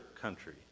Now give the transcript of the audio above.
country